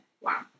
wow